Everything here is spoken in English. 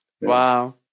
Wow